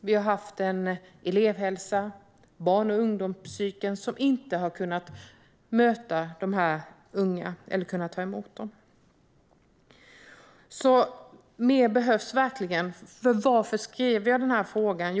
Elevhälsan och barn och ungdomspsykiatrin har inte heller kunnat ta emot dessa unga människor. Mer behövs verkligen. Varför skrev jag denna interpellation?